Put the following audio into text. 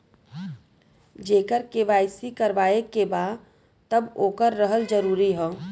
जेकर के.वाइ.सी करवाएं के बा तब ओकर रहल जरूरी हे?